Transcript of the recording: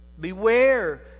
Beware